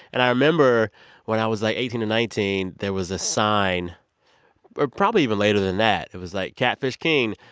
and i remember when i was like eighteen or nineteen, there was a sign or probably even later than that. it was like, catfish king,